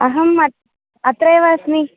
अहम् अत्र अत्र एव अस्मि